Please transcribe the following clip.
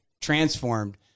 transformed